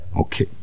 Okay